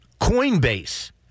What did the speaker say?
Coinbase